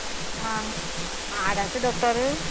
आं हाडाचो डॉक्टर